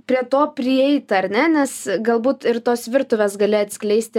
prie to prieit ar ne nes galbūt ir tos virtuvės gali atskleisti